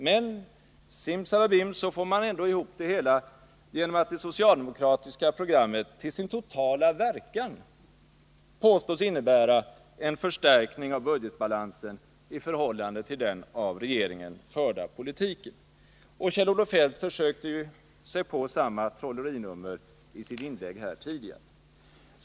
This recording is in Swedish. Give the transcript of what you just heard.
Men simsalabim, så får man ändå ihop det hela genom att det socialdemokratiska programmet till sin totala verkan påstås innebära en förstärkning av budgetbalansen i förhållande till den av regeringen förda politiken. Kjell-Olof Feldt försökte sig på samma trollerinummer i sitt inlägg här tidigare.